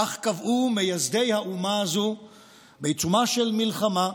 כך קבעו מייסדי האומה הזו בעיצומה של מלחמה,